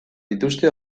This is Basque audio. dituzte